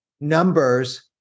numbers